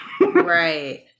Right